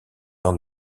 art